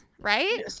right